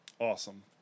Awesome